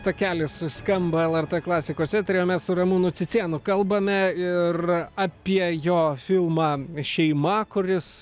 takelis skamba lrt klasikos etery o mes ramūnu cicėnu kalbame ir apie jo filmą šeima kuris